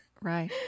Right